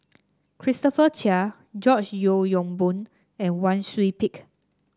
Christopher Chia George Yeo Yong Boon and Wang Sui Pick